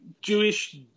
Jewish